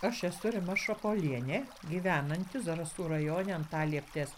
aš esu rima šapolienė gyvenanti zarasų rajone antalieptės